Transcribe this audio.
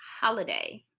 holiday